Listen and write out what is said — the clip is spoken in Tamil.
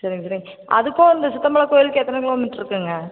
சரிங்க சரிங்க அதுக்கும் அந்த சித்தம்பலம் கோயிலுக்கும் எத்தனை கிலோமீட்டர் இருக்குங்க